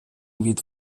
від